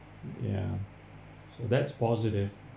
ya so that's positive